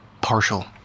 Partial